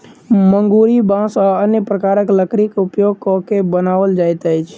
मुंगरी बाँस आ अन्य प्रकारक लकड़ीक उपयोग क के बनाओल जाइत अछि